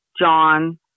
John